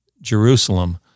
Jerusalem